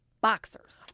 boxers